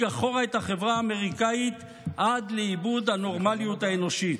אחורה את החברה האמריקנית עד לאיבוד הנורמליות האנושית.